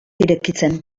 irekitzen